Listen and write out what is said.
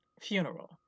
funeral